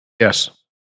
Yes